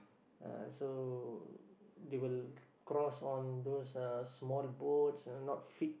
uh so they will cross on those uh small boats not fit